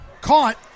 caught